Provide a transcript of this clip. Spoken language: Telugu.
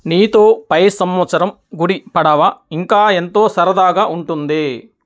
నీతో పై సంమత్సరం గుడిపడవ ఇంకా ఎంతో సరదాగా ఉంటుంది